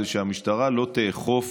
זה שהמשטרה לא תאכוף